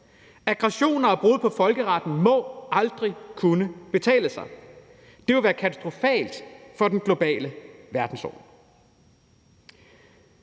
Aggressioner og brud på folkeretten må aldrig kunne betale sig. Det vil være katastrofalt for den globale verdensorden.